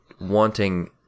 wanting